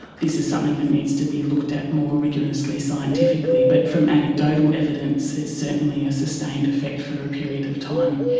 this is something that needs to be looked at more rigorously scientifically, but from anecdotal evidence there is certainly a sustained effect for a period of time.